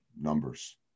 numbers